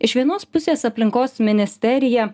iš vienos pusės aplinkos ministerija